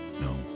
No